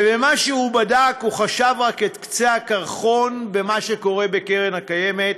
ובמה שהוא בדק הוא חשף רק את קצה הקרחון במה שקורה בקרן קיימת,